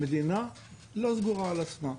המדינה לא סגורה על עצמה.